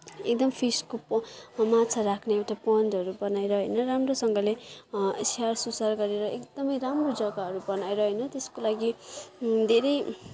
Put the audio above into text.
एकदम फिसको माछा राख्ने एउटा पोन्डहरू बनाएर होइन राम्रोसँगले स्याहार सुसार गरेर एकदमै राम्रो जग्गाहरू बनाएर होइन त्यसको लागि धेरै